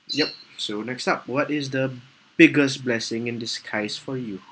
yup so next up what is the biggest blessing in disguise for you